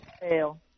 Fail